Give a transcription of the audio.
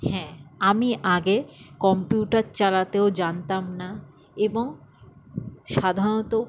হ্যাঁ আমি আগে কম্পিউটার চালাতেও জানতাম না এবং সাধারণত